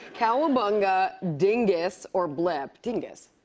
cowabunga, dingus, or blip. dingus.